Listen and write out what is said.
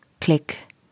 Click